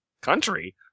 Country